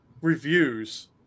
reviews